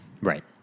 Right